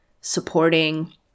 supporting